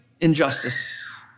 injustice